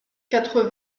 quatre